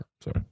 Sorry